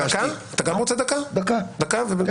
דקה.